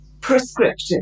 prescriptive